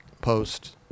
post